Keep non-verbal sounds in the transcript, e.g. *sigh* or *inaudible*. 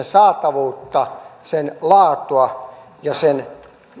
*unintelligible* saatavuutta sen laatua ja sen